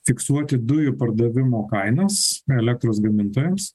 fiksuoti dujų pardavimo kainas elektros gamintojams